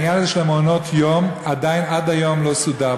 העניין הזה של מעונות-היום עד היום לא סודר,